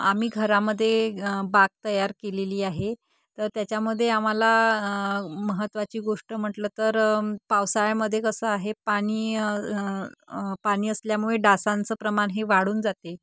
आम्ही घरामध्ये बाग तयार केलेली आहे तर त्याच्यामध्ये आम्हाला महत्त्वाची गोष्ट म्हटलं तर पावसाळ्यामध्ये कसं आहे पाणी पाणी असल्यामुळे डासांचं प्रमाण हे वाढून जाते